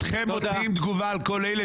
בואו נשמע אתכם מוציאים תגובה על כל אלה